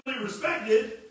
respected